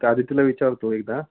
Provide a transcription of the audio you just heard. आता आदितीला विचारतो एकदा